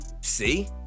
see